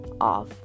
off